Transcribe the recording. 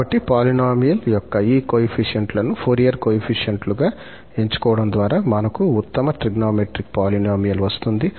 కాబట్టి పాలినోమిల్ యొక్క ఈ కోయెఫిషియంట్ లను ఫోరియర్ కోయెఫిషియంట్ లుగా ఎంచుకోవడం ద్వారా మనకు ఉత్తమ త్రిగోనోమెట్రిక్ పాలినోమిల్ వస్తుంది